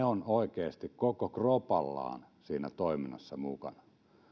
ovat oikeasti koko kropallaan siinä toiminnassa mukana